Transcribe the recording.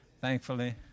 thankfully